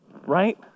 Right